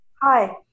Hi